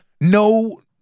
no